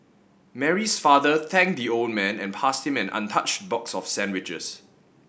Mary's father thanked the old man and passed him an untouched box of sandwiches